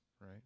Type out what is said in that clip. right